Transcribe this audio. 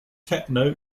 techno